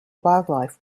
wildlife